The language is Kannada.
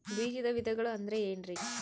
ಬೇಜದ ವಿಧಗಳು ಅಂದ್ರೆ ಏನ್ರಿ?